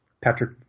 Patrick